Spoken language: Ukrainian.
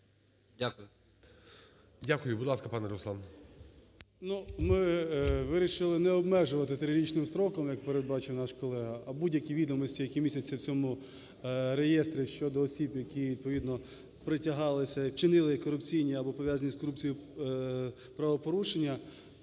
Дякую. Будь ласка, пане Руслан. 12:44:16 КНЯЗЕВИЧ Р.П. Ми вирішили не обмежувати трирічним строком, як передбачив наш колега, а будь-які відомості, які містяться в цьому реєстрі щодо осіб, які відповідно притягалися і чинили корупційні або пов'язані з корупцією правопорушення,